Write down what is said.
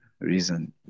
reason